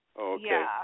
Okay